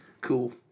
cool